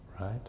Right